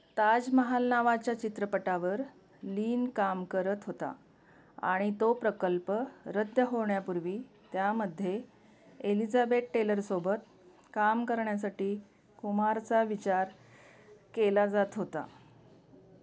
ताजमहाल नावाच्या चित्रपटावर लीन काम करत होता आणि तो प्रकल्प रद्द होण्यापूर्वी त्यामध्ये एलिझाबेथ टेलरसोबत काम करण्यासाठी कुमारचा विचार केला जात होता